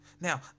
Now